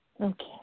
Okay